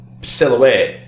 silhouette